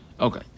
Okay